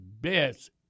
best